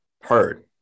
heard